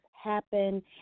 happen